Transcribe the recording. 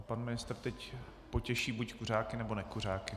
A pan ministr teď potěší buď kuřáky, nebo nekuřáky.